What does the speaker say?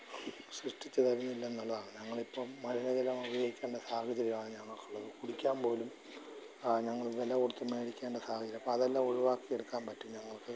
സൃഷ്ടിച്ച് തരുന്നില്ലെന്നുള്ളതാണ് ഞങ്ങളിപ്പോള് മലിന ജലം ഉപയോഗിക്കണ്ട സാഹചര്യമാണ് ഞങ്ങള്ക്കുള്ളത് കുടിക്കാന് പോലും ഞങ്ങള് വില കൊടുത്ത് മേടിക്കേണ്ട സാഹചര്യം അപ്പോള് അതെല്ലാം ഒഴിവാക്കി എടുക്കാന് പറ്റും ഞങ്ങള്ക്ക്